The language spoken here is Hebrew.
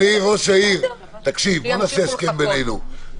שימשיכו לחכות,